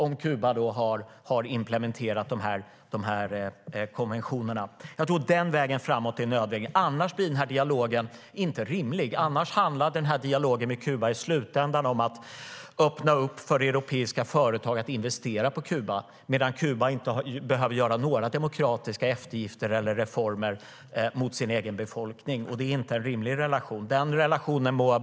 Jag tror att detta är en nödvändig väg framåt. Annars blir dialogen inte rimlig. Annars handlar dialogen med Kuba i slutändan om att öppna upp för europeiska företag att investera på Kuba, medan Kuba inte behöver göra några demokratiska eftergifter eller reformer för sin egen befolkning. Det är inte en rimlig relation.